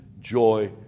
joy